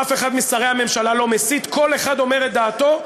אף אחד משרי הממשלה לא מסית, כל אחד אומר את דעתו,